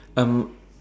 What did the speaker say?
um